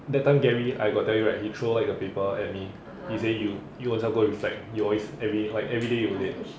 that time gary I got tell you right he throw like the paper at me he say you you own self go reflect you always every like everyday you late